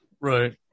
Right